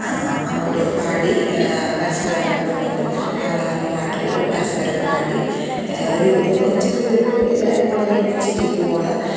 അങ്ങോട്ട് പാടി പരസ്പരം അങ്ങോട്ടും ഇങ്ങോട്ടും അറിയാവുന്ന പാട്ടുകള് പരസ്പരം പാടി ഒരു ചെറിയൊരു എല്ലാവരുംകൂടെ ഒരുമിച്ചിരിക്കുമ്പോള്